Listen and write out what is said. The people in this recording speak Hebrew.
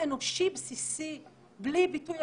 לא יכול להיות שאנשים באים לעשות ספורט בחדר כושר ושאי-אפשר לרקוד,